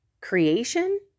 creation